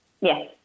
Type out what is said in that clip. Yes